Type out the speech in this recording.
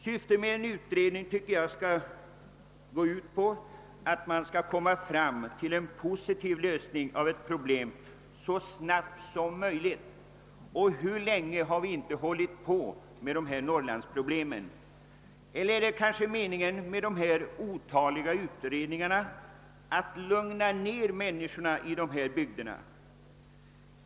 Syftet med en utredning bör enligt min uppfattning vara att nå en positiv lösning av ett problem så snabbt som möjligt, men hur länge har vi inte hållit på med dessa norrlandsproblem! Är kanske avsikten med dessa otaliga utredningar att lugna människorna i bygderna?